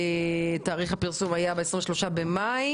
תאריך הפרסום היה ב-23 במאי.